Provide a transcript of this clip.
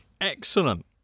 Excellent